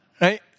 Right